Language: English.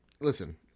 listen